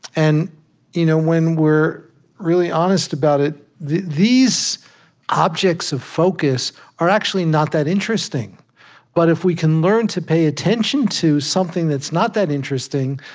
and you know when we're really honest about it, these objects of focus are actually not that interesting but if we can learn to pay attention to something that's not that interesting,